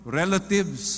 relatives